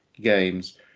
games